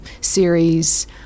series